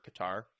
Qatar